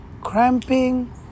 cramping